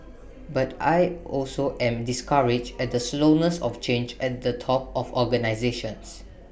but I also am discouraged at the slowness of change at the top of organisations